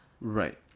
Right